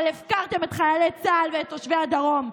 אבל הפקרתם את חיילי צה"ל ואת תושבי הדרום.